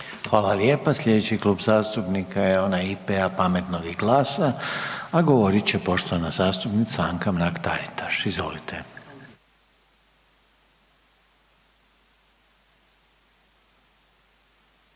Hvala lijepa. Slijedeći Klub zastupnika je onaj IP-a, Pametnog i GLAS-a a govorit će poštovana zastupnica Anka Mrak Taritaš, izvolite.